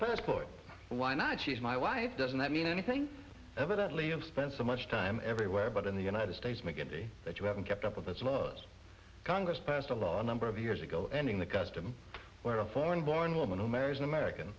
passport and why not she's my wife doesn't that mean anything evidently you've spent so much time everywhere but in the united states mcguinty that you haven't kept up with that slows congress passed a law a number of years ago ending the custom where a foreign born woman who marries an american